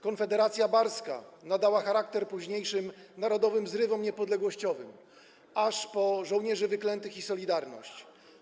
Konfederacja barska nadała charakter późniejszym narodowym zrywom niepodległościowym, aż po żołnierzy wyklętych i „Solidarność”